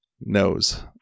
knows